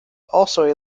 also